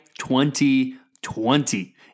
2020